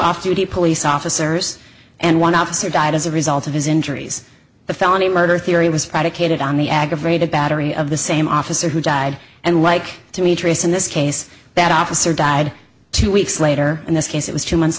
off duty police officers and one officer died as a result of his injuries the felony murder theory was predicated on the aggravated battery of the same officer who died and like to me trace in this case that officer died two weeks later in this case it was two months